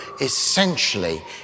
essentially